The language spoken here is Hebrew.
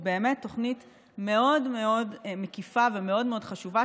היא באמת תוכנית מאוד מאוד מקיפה ומאוד מאוד חשובה,